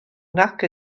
nac